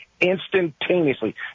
instantaneously